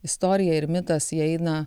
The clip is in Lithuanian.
istorija ir mitas įeina